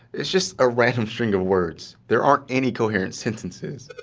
it's just a random string of words. there aren't any coherent sentences.